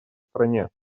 стране